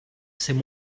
c’est